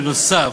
בנוסף,